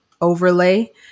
overlay